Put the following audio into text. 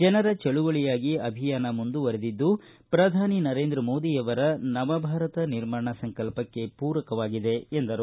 ಜನರ ಚಳುವಳಿಯಾಗಿ ಅಭಿಯಾನ ಮುಂದುವರೆದಿದ್ದು ಪ್ರಧಾನಿ ನರೇಂದ್ರ ಮೋದಿಯವರ ನವಭಾರತ ನಿರ್ಮಾಣ ಸಂಕಲ್ಲಕ್ಕೆ ಮೂರಕವಾಗಿದೆ ಎಂದರು